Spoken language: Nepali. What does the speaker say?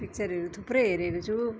पिक्चरहरू थुप्रै हेरेको छु